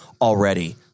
already